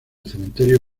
cementerio